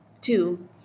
Two